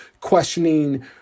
questioning